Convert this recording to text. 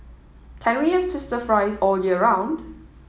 can we have twister fries all year round